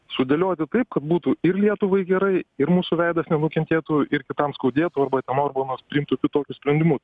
sudėlioti kaip būtų ir lietuvai gerai ir mūsų veidas nenukentėtų ir kitam skaudėtų arba ten orbanas priimtų kitokius sprendimus